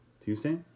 Tuesday